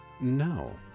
No